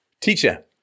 Teacher